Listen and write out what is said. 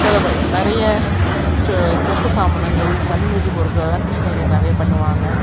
சொல்லப்போ நிறைய சொ சொப்பு சாமானங்கள் மண்வெளி பொருள்களெலாம் கிருஷ்ணகிரியில் நிறைய பண்ணுவாங்க